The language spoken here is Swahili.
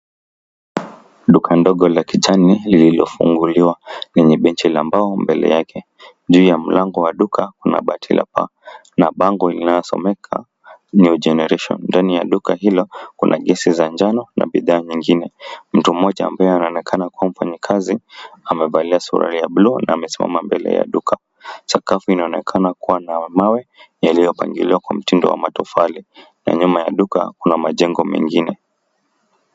Duka ndogo la kijani lililofunguliwa lenye benchi ya mbao mbele yake. Juu ya mlango wa duka kuna bati la paa na bango linalosomeka new generation . Ndani la duka hilo kuna gesi za njano na bidhaa nyingine. Mtu mmoja ambaye anaonekana kuwa mfanyikazi amevalia suruali ya bluu na amesimama mbele ya duka. Sakafu inaonekana kuwa na mawe iliyopangiliwa na mtindo wa matofali na nyuma ya duka kuna majengo mengine.